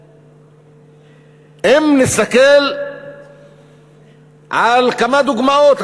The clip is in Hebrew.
ואם נסתכל על כמה דוגמאות,